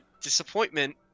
disappointment